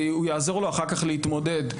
זה יעזור לו להתמודד אחר כך,